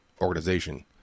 organization